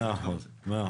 מאה אחוז.